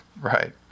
right